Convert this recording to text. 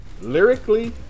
Lyrically